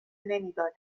نمیدادند